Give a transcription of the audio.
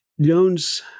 Jones